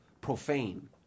profane